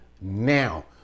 now